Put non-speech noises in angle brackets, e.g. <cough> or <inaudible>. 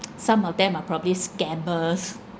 <noise> some of them are probably scammers <laughs>